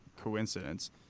coincidence